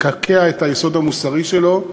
לקעקע את היסוד המוסרי שלו.